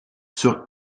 sur